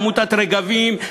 עמותת "רגבים",